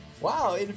Wow